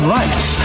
rights